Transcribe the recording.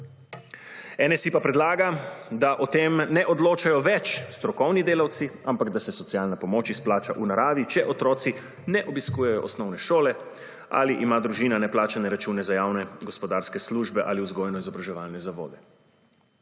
NSi pa predlaga, da o tem ne odločajo več strokovni delavci, ampak da se socialna pomoč izplača v naravi, če otroci ne obiskujejo osnovne šole ali ima družina neplačane račune za javne gospodarske službe ali vzgojno-izobraževalne zavode.